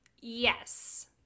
Yes